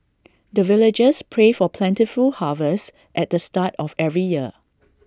the villagers pray for plentiful harvest at the start of every year